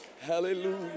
Hallelujah